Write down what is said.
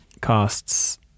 costs